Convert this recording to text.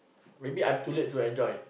maybe I'm too late to enjoy